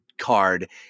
card